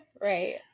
Right